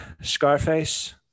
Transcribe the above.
Scarface